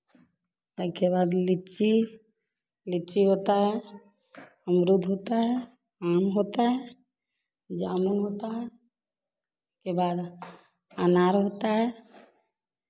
उसके बाद लिच्ची लिच्ची होता है अमरूद होता है आम होता है जामुन होता है उसके बाद अनार होता है